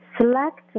select